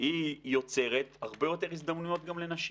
יוצרת הרבה יותר הזדמנויות גם לנשים.